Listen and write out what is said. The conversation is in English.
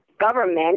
government